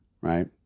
Right